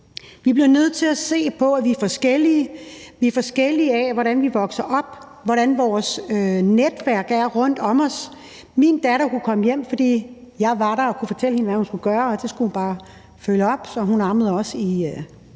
Vi bliver nødt til at se på, at vi er forskellige, at vi vokser op på forskellige måder, og på, hvordan vores netværk omkring os er. Min datter kunne komme hjem, fordi jeg var der og kunne fortælle hende, hvad hun skulle gøre, og så skulle hun bare følge op, og hun ammede også i